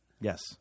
Yes